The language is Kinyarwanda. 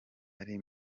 ari